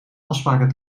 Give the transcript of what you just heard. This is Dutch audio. afspraken